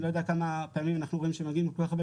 לא יודע כמה פעמים אנחנו רואים שמגיעים כל כך הרבה